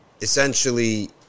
essentially